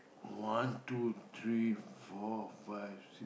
one two three four five